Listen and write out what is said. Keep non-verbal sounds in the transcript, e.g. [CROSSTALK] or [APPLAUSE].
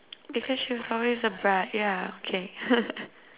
because she was always a brat yeah okay [LAUGHS]